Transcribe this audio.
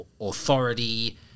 authority